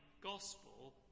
gospel